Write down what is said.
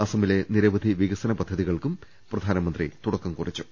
അസമിലെ നിരവധി വിക സന പദ്ധതികൾക്കും പ്രധാനമന്ത്രി തുടക്കം കുറിച്ചു